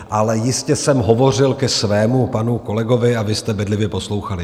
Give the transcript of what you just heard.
Ale jistě jsem hovořil ke svému panu kolegovi a vy jste bedlivě poslouchali.